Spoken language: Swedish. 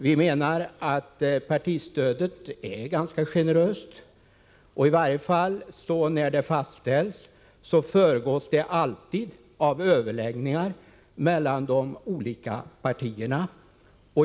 Vi menar att partistödet redan är ganska generöst. Innan det fastställs föregås det alltid av överläggningar mellan de olika partierna.